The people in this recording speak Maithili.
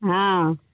हँ